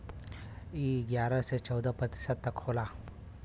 ई बारह से चौदह प्रतिशत तक होला